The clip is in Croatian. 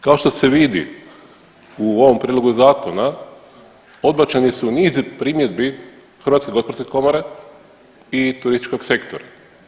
Kao što se vidi u ovom prijedlogu zakona odbačeni su niz primjedbi HGK i turističkog sektora.